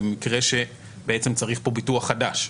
למקרה שצריך פה ביטוח חדש,